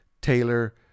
Taylor